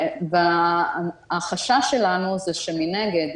החשש שלנו הוא שמנגד,